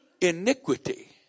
Iniquity